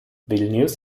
vilnius